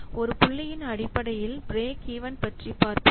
ஒரு புள்ளியின் அடிப்படையில் பிரேக் ஈவன் பற்றி பார்ப்போம்